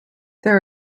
there